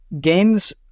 games